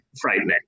frightening